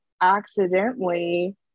accidentally